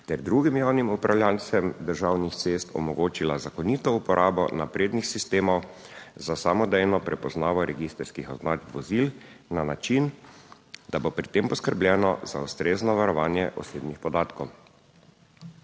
Ter drugim javnim upravljavcem državnih cest omogočila zakonito uporabo naprednih sistemov za samodejno prepoznavo registrskih označb vozil na način, da bo pri tem poskrbljeno za ustrezno varovanje osebnih podatkov.